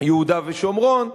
יהודה ושומרון,